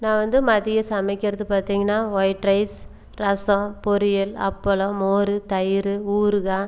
நான் வந்து மதியம் சமைக்கிறது பார்த்தீங்கன்னா வொயிட் ரைஸ் ரசம் பொரியல் அப்பளம் மோர் தயிர் ஊறுகாய்